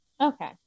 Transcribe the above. okay